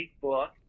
book